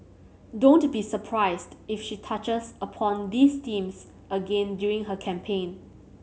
don't be surprised if she touches upon these themes again during her campaign